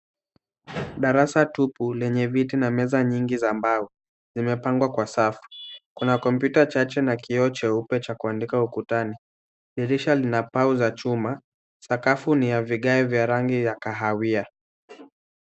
Darasa tupu lenye viti na meza nyingi za mbao limepangwa kwa safu. Kuna kompyuta chache na kioo cha kuandika ukutani. Dirisha lina pau za chuma. Sakafu ni ya vigae vya rangi ya kahawia.